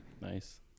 Nice